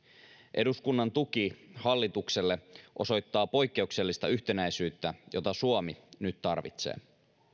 eduskunnan tuki hallitukselle osoittaa poikkeuksellista yhtenäisyyttä jota suomi nyt tarvitsee